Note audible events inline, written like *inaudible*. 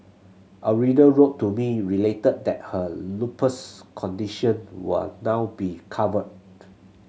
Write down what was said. a reader wrote to me related that her lupus condition will now be covered *unintelligible*